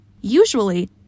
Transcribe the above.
Usually